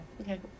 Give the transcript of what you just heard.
Okay